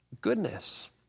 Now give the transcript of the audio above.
goodness